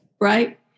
Right